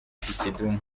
kidumu